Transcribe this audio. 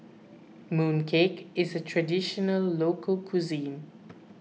Mooncake is a Traditional Local Cuisine